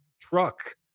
truck